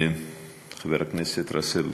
חבר הכנסת באסל